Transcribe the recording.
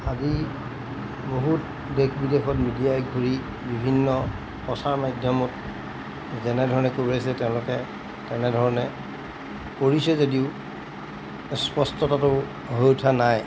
আজি বহুত দেশ বিদেশত মিডিয়াই ঘূৰি বিভিন্ন সঁচাৰ মাধ্যমত যেনেধৰণে কৈ আছে তেওঁলোকে তেনেধৰণে কৰিছে যদিও স্পষ্টতাটো হৈ উঠা নাই